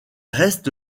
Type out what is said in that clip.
reste